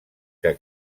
que